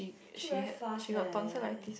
actually very fast leh